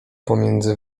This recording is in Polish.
pomiędzy